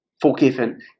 forgiven